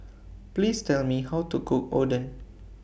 Please Tell Me How to Cook Oden